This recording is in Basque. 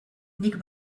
nik